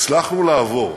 הצלחנו לעבור,